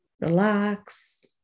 relax